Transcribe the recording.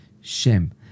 Shem